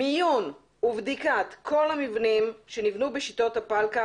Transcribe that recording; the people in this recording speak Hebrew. מיון ובדיקת כל המבנים שנבנו בשיטות הפלקל,